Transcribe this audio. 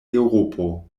eŭropo